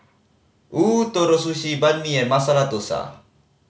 Ootoro Sushi Banh Mi and Masala Dosa